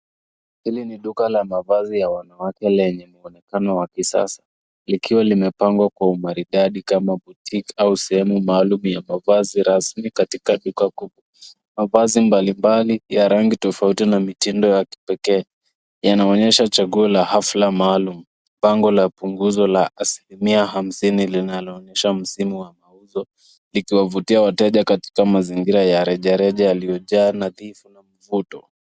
Hili ni duka la mavazi ya wanwake lenye mwonekano wa kisasa likiwa limepangwa kwa umaridadi kama botique au sehemu maalum ya mavazi rasmi katika duka kuu. Mavazi mbalimbali ya rangi tofauti na mitindo ya kipekee yanaonyesha chaguo la hafla maalum. Bango la punguzo la asilimia hamsini linaloonyesha msimu wa mauzo likiwavutia wateja katika mazingira ya rejareja yaliyojaa nadhifu na mvuto.